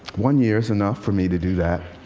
one year's enough for me to do that.